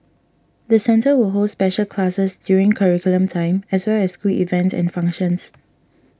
the centre will hold special classes during curriculum time as well as school events and functions